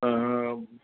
हा